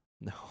No